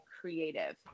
creative